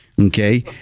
okay